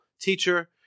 teacher